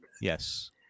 Yes